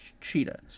Cheetah